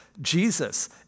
Jesus